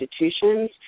institutions